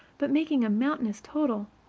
but making a mountainous total,